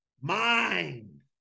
Mind